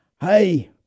hey